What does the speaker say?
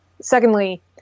Secondly